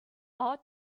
all